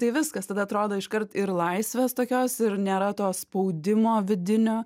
tai viskas tada atrodo iškart ir laisvės tokios ir nėra to spaudimo vidinio